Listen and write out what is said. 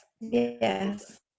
Yes